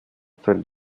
fällt